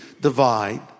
divide